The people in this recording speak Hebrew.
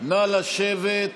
נא לשבת.